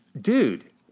Dude